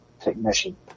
Technician